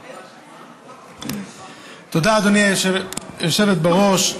תודה, היושבת בראש.